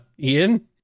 ian